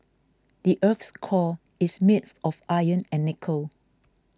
the earth's core is made of iron and nickel